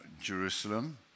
Jerusalem